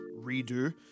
Redo